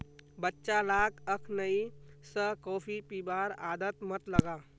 बच्चा लाक अखनइ स कॉफी पीबार आदत मत लगा